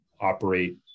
operate